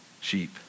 sheep